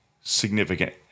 significant